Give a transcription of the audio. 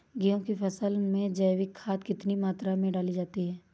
गेहूँ की फसल में जैविक खाद कितनी मात्रा में डाली जाती है?